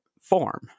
form